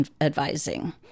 advising